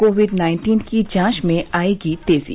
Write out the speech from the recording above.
Covid nineteen की जांच में आएगी तेजी